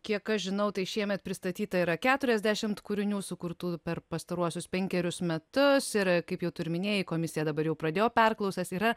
kiek aš žinau tai šiemet pristatyta yra keturiasdešimt kūrinių sukurtų per pastaruosius penkerius metus ir kaip jau tu ir minėjai komisija dabar jau pradėjo perklausas yra